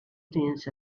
tense